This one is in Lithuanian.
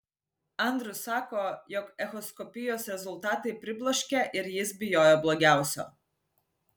andrius sako jog echoskopijos rezultatai pribloškė ir jis bijojo blogiausio